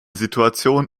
situation